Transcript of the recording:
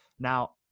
Now